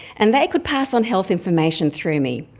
and they could pass on health information through me.